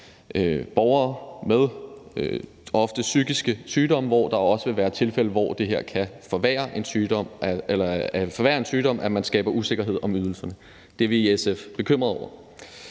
borgere med psykiske sygdomme, hvor der også vil være tilfælde, hvor det kan forværre en sygdom, at man skaber usikkerhed om ydelsen. Det er vi i SF bekymrede over.